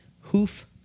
Hoof